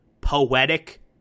poetic